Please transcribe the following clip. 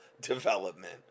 development